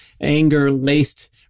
anger-laced